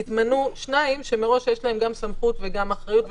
יתמנו שניים שמראש יש להם גם סמכות וגם אחריות,